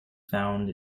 found